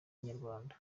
inyarwanda